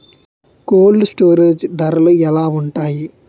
Cold storage ధరలు ఎలా ఉంటాయి?